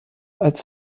als